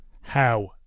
How